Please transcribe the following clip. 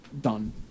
done